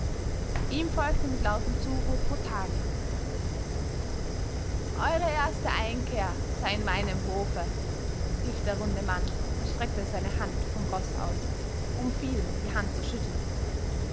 ihm folgte mit lautem zuruf rothari eure erste einkehr sei in meinem hofe rief der runde mann und streckte seine hand vom roß aus um vielen die hand zu schütteln